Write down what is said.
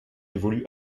évolue